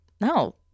no